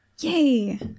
Yay